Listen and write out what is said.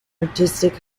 artistic